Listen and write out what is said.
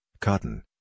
cotton